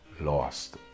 lost